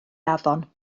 afon